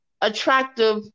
attractive